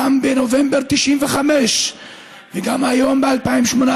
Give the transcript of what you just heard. גם בנובמבר 1995 וגם היום, ב-2018,